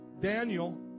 Daniel